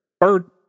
bird